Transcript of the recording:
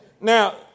Now